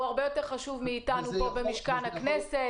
הוא הרבה יותר חשוב מאיתנו פה במשכן הכנסת.